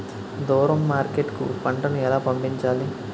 దూరం మార్కెట్ కు పంట ను ఎలా పంపించాలి?